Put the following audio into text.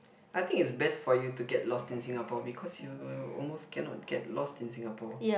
I think it's best for you to get lost in Singapore because you almost cannot get lost in Singapore